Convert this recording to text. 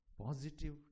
positive